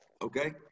Okay